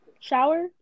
shower